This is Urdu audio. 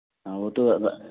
آ وہ تو